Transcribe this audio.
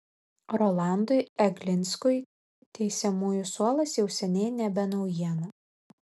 rolandui eglinskui teisiamųjų suolas jau seniai nebe naujiena